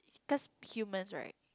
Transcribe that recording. because humans right